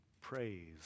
praise